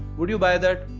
would you buy that?